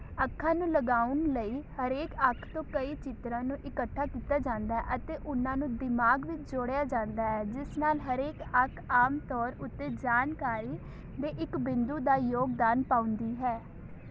ਅੱਖਾਂ ਨੂੰ ਲਗਾਉਣ ਲਈ ਹਰੇਕ ਅੱਖ ਤੋਂ ਕਈ ਚਿੱਤਰਾਂ ਨੂੰ ਇਕੱਠਾ ਕੀਤਾ ਜਾਂਦਾ ਹੈ ਅਤੇ ਉਨ੍ਹਾਂ ਨੂੰ ਦਿਮਾਗ ਵਿੱਚ ਜੋੜਿਆ ਜਾਂਦਾ ਹੈ ਜਿਸ ਨਾਲ ਹਰੇਕ ਅੱਖ ਆਮ ਤੌਰ ਉੱਤੇ ਜਾਣਕਾਰੀ ਦੇ ਇੱਕ ਬਿੰਦੂ ਦਾ ਯੋਗਦਾਨ ਪਾਉਂਦੀ ਹੈ